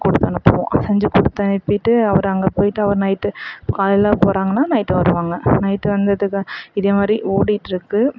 கொடுத்தனுப்புவோம் செஞ்சு கொடுத்தனுப்பிட்டு அவர் அங்கே போயிட்டு அவர் நைட்டு காலையில் போறாங்கன்னால் நைட்டு வருவாங்க நைட்டு வந்ததுக்கு இதேமாதிரி ஓடிட்டிருக்கு